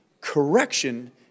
correction